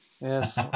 Yes